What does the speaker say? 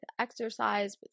exercise